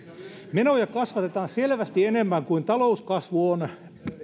menoja kasvatetaan selvästi enemmän kuin talouskasvu on